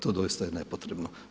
to doista je nepotrebno.